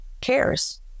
cares